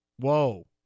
Whoa